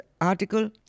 article